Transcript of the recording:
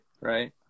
Right